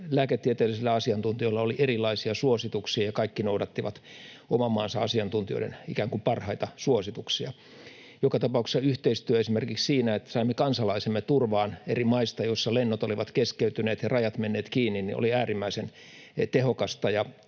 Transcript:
lääketieteellisillä asiantuntijoilla oli erilaisia suosituksia ja kaikki noudattivat oman maansa asiantuntijoiden ikään kuin parhaita suosituksia. Joka tapauksessa yhteistyö esimerkiksi siinä, että saimme kansalaisemme turvaan maista, joissa lennot olivat keskeytyneet ja rajat menneet kiinni, oli äärimmäisen tehokasta,